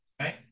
right